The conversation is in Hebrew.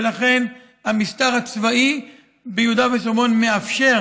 ולכן המשטר הצבאי ביהודה ושומרון מאפשר